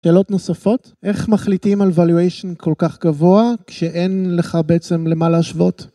שאלות נוספות? איך מחליטים על Valuation כל כך גבוה, כשאין לך בעצם למה להשוות?